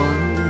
One